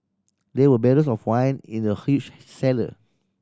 there were barrels of wine in the huge cellar